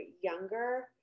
younger